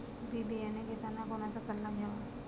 बी बियाणे घेताना कोणाचा सल्ला घ्यावा?